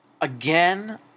Again